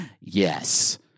yes